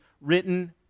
written